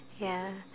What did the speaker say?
ya